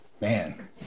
Man